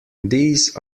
these